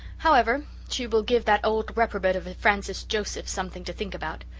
however, she will give that old reprobate of a francis joseph something to think about.